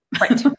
Right